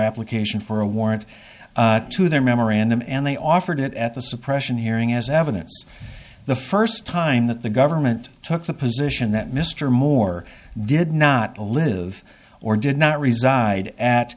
application for a warrant to their memorandum and they offered it at the suppression hearing as evidence the first time that the government took the position that mr moore did not live or did not reside at